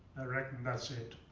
i reckon that's it.